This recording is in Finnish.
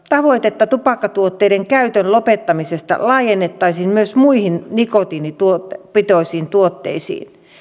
tavoitetta tupakkatuotteiden käytön lopettamisesta laajennettaisiin myös muihin nikotiinipitoisiin tuotteisiin